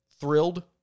thrilled